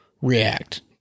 react